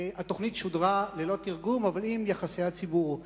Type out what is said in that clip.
התוכנית שודרה ללא תרגום אבל עם יחסי הציבור.